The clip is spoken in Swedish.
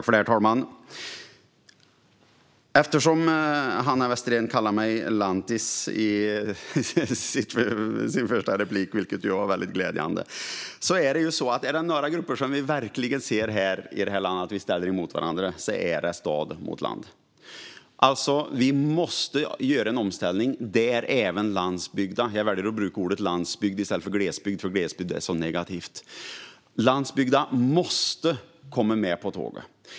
Herr talman! Hanna Westerén kallade mig lantis i sin första replik, vilket var väldigt glädjande. Är det några grupper som vi verkligen ställer emot varandra är det stad mot land. Vi måste göra en omställning där även landsbygden - jag väljer att bruka ordet "landsbygd", för "glesbygd" är så negativt - kommer med på tåget.